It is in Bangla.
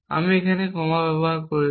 আমি এখানে একটি কমা ব্যবহার করছি